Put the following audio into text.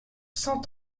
cent